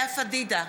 לאה פדידה,